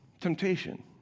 temptation